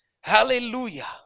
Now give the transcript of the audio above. Hallelujah